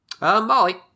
Molly